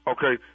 Okay